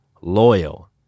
loyal